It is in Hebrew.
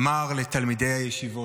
אמר לתלמידי הישיבות: